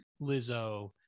Lizzo